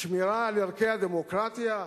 שמירה על ערכי הדמוקרטיה?